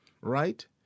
Right